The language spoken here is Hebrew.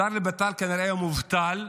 השר לבט"ל כנראה מובטל,